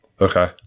Okay